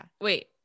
wait